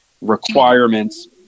requirements